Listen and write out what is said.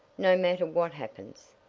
no matter what happens.